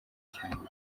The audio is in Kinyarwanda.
cyangugu